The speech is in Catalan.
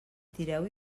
tireu